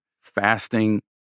Fasting